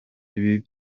ibi